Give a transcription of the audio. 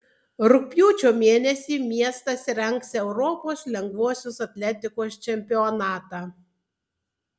rugpjūčio mėnesį miestas rengs europos lengvosios atletikos čempionatą